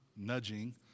nudging